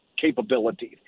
capabilities